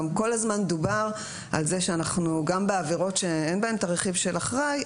כל הזמן דובר על כך שגם בעבירות שאין בהן את הרכיב של אחראי,